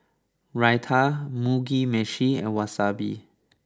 Raita Mugi Meshi and Wasabi